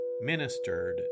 ministered